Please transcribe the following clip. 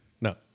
No